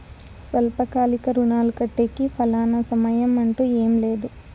స్వల్పకాలిక రుణాలు కట్టేకి ఫలానా సమయం అంటూ ఏమీ లేదు